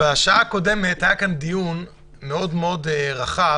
בשעה הקודמת היה כאן דיון מאוד רחב